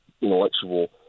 intellectual